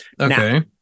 Okay